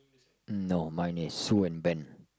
no mine is Sue and Ben